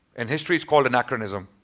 in history it's called anachronism.